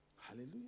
Hallelujah